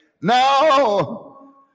No